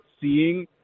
seeing